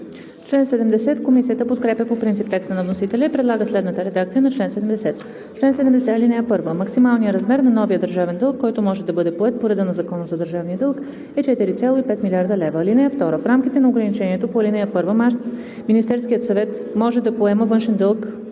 АНГЕЛОВА: Комисията подкрепя по принцип текста на вносителя и предлага следната редакция на чл. 70: „Чл. 70. (1) Максималният размер на новия държавен дълг, който може да бъде поет по реда на Закона за държавния дълг, е 4,5 млрд. лв. (2) В рамките на ограничението по ал. 1 Министерският съвет може да поема външен